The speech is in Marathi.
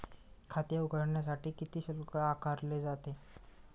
खाते उघडण्यासाठी किती शुल्क आकारले जाते?